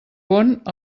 pont